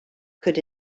could